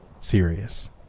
serious